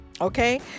okay